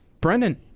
Brendan